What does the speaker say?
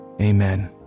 Amen